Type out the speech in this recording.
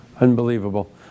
Unbelievable